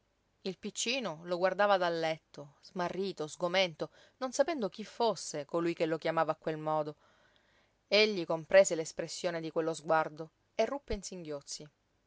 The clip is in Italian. il piccino lo guardava dal letto smarrito sgomento non sapendo chi fosse colui che lo chiamava a quel modo egli comprese l'espressione di quello sguardo e ruppe in singhiozzi